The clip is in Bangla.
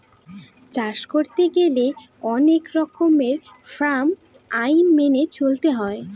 চাষ করতে গেলে অনেক রকমের ফার্ম আইন মেনে চলতে হয়